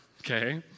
okay